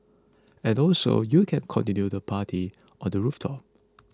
and also you can continue the party on the rooftop